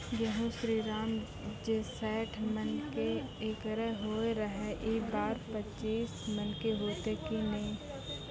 गेहूँ श्रीराम जे सैठ मन के एकरऽ होय रहे ई बार पचीस मन के होते कि नेय?